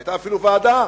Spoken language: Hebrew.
היתה אפילו ועדה